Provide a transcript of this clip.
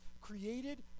created